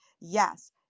Yes